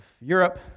Europe